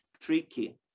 tricky